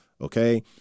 Okay